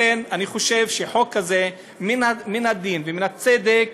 לכן, אני חושב שחוק כזה, מן הדין ומן הצדק